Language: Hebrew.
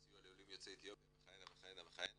"סיוע לעולים יוצאי אתיופיה" וכהנה וכהנה.